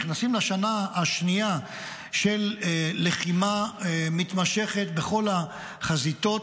נכנסים לשנה השנייה של לחימה מתמשכת בכל החזיתות,